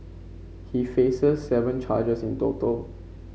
he faces seven charges in total